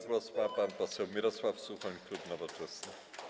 Głos ma pan poseł Mirosław Suchoń, klub Nowoczesna.